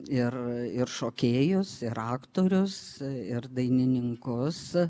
ir ir šokėjus ir aktorius ir dainininkus